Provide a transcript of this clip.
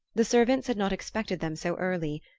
the servants had not expected them so early,